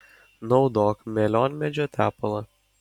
naudok melionmedžio tepalą